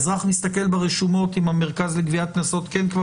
האזרח מסתכל ברשומות אם המרכז לגביית קנסות כן כבר